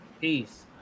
peace